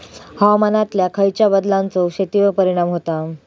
हवामानातल्या खयच्या बदलांचो शेतीवर परिणाम होता?